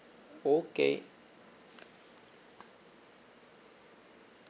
okay